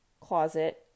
closet